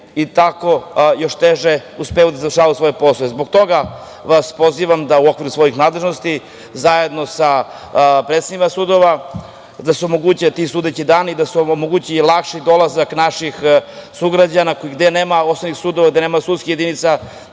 oni toko još teže uspevaju da završe svoje poslove. Zbog toga vas pozivam, da u okviru svojih nadležnosti, zajedno za predsednicima sudova, da se omoguće ti sudeći dani i da se omogući lakši dolazak, naših sugrađana, gde nema osnovnih sudova, gde nema sudskih jedinica,